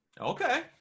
okay